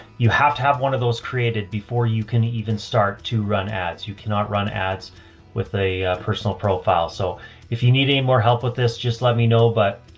you have to have one of those created before you can even start to run ads. you cannot run ads with a personal profile. so if you need any more help with this, just me know. but,